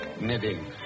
knitting